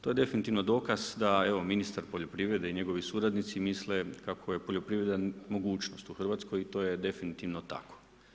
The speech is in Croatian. To je definitivno dokaz da evo ministar poljoprivrede i njegovi suradnici misle kako je poljoprivreda mogućnost u Hrvatskoj, to je definitivno tako.